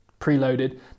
preloaded